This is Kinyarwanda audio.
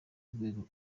w’urwego